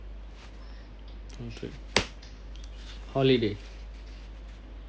holiday